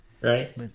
Right